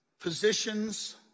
Positions